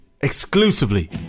exclusively